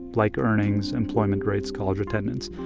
like earnings, employment rates, college attendance,